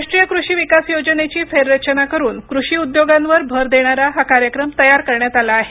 राष्ट्रीय कृषी विकास योजनेची फेररचना करून कृषी उद्योगांवर भर देणारा हा कार्यक्रम तयार करण्यात आला आहे